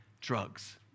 drugs